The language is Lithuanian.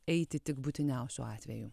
eiti tik būtiniausiu atveju